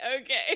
okay